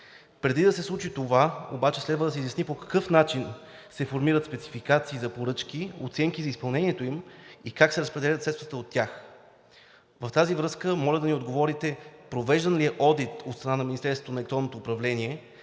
Преди да се случи това обаче, следва да се изясни по какъв начин се формират спецификации за поръчки, оценки за изпълнението им и как се разпределят средствата от тях. В тази връзка моля да ми отговорите: провеждан ли е одит от страна на Министерството на електронното управление